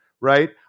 Right